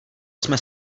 jsme